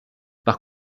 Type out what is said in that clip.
par